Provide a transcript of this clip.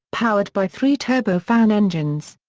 powered by three turbofan engines.